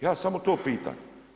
Ja vas samo to pitam.